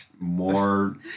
more